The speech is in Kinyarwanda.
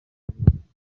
rwiyemezamirimo